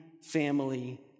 family